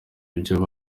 ibyaha